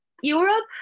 Europe